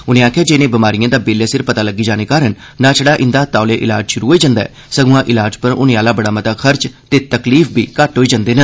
उनें आखेआ जे इनें बमारियें दा बेल्ले सिर पता लग्गी जाने कारण नां छड़ा इंदा तौले इलाज शुरु होई जंदा ऐ सगुआं इलाज पर होने आह्ला बड़ा मता खर्च ते तकलीफ बी घट्ट होई जंदे न